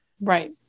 Right